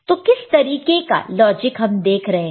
तो किस तरीके का लॉजिक हम देख रहे हैं